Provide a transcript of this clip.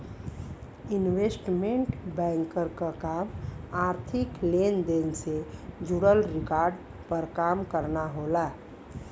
investment banker क काम आर्थिक लेन देन से जुड़ल रिकॉर्ड पर काम करना होला